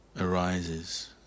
arises